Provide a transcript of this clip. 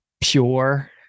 pure